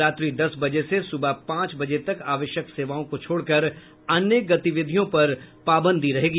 रात्रि दस बजे से सुबह पांच बजे तक आवश्यक सेवाओं को छोड़कर अन्य गतिविधियों पर पाबंदी रहेगी